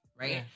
right